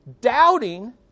doubting